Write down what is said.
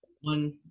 one